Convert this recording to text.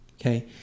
okay